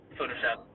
Photoshop